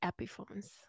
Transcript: epiphones